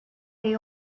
they